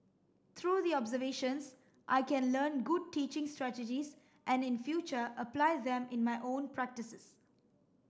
through the observations I can learn good teaching strategies and in future apply them in my own practices